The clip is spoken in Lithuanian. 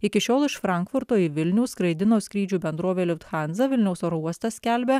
iki šiol iš frankfurto į vilnių skraidino skrydžių bendrovė lufthansa vilniaus oro uostas skelbia